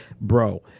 Bro